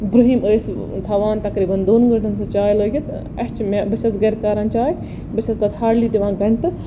برٕہِم ٲسۍ تھاوان تقریاً دوٚن گٲنٹَن سُہ چاے لٲگِتھ اَسہِ چھِ مےٚ بہٕ چھَس گَرٕ کاران چاے بہٕ چھَس تتھ ہاڑلی دِوان گَنٹہٕ